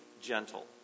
gentle